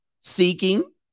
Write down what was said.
Seeking